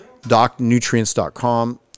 DocNutrients.com